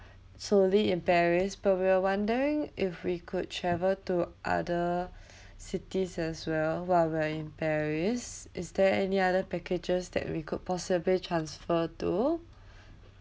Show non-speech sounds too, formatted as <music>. solely in paris but we are wondering if we could travel to other <breath> cities as well while we're in paris is there any other packages that we could possibly transfer to <breath>